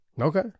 Okay